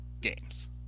games